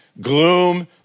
Gloom